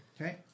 Okay